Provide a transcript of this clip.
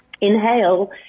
inhale